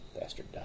Bastard